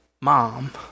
mom